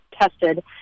tested